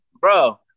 Bro